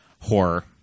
horror